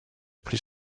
plus